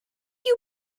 you